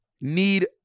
need